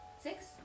Six